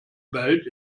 belt